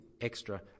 extra